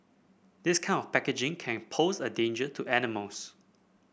this kind of packaging can pose a danger to animals